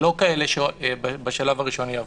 לא כאלה שיעברו בשלב הראשון.